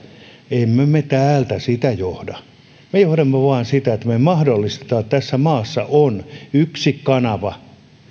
emme me täältä sitä johda me johdamme vain sitä että me mahdollistamme että tässä maassa on yksi kanava